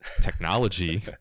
technology